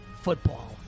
football